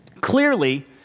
clearly